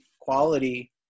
quality